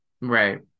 Right